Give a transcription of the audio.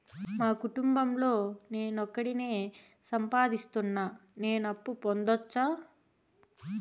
మా కుటుంబం లో నేను ఒకడినే సంపాదిస్తున్నా నేను అప్పు పొందొచ్చా